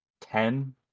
ten